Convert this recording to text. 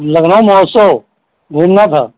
लखनऊ महोत्सव घूमना था